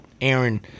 Aaron